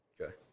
Okay